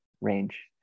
range